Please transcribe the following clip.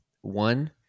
One